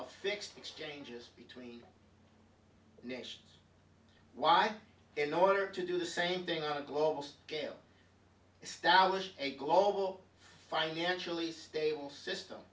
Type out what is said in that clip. a fixed exchanges between nations why in order to do the same thing on a global scale establish a global financially stable system